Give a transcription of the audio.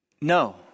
no